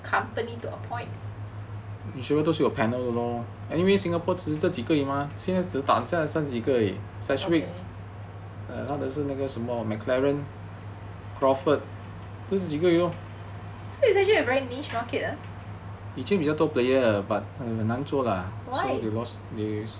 company to appoint so is actually a very niche market why